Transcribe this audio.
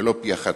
ולא פי-1.5.